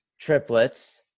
triplets